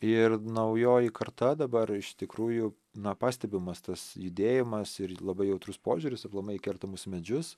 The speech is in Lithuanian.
ir naujoji karta dabar iš tikrųjų na pastebimas tas judėjimas ir labai jautrus požiūris aplamai į kertamus medžius